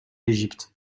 l’égypte